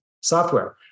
software